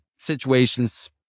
Situations